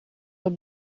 wat